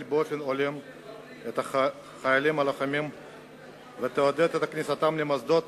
באופן הולם את החיילים הלוחמים ותעודד את כניסתם למוסדות